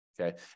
okay